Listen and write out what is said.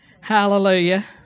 Hallelujah